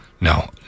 No